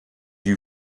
you